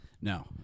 No